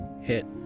Hit